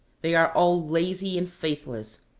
they are all lazy and faithless,